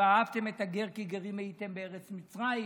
"ואהבתם את הגר כי גרים הייתם בארץ מצרים".